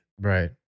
Right